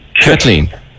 Kathleen